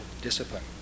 discipline